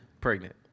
pregnant